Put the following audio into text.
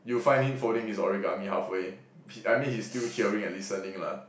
you'll find him folding his origami halfway he~ I mean he's still hearing and listening lah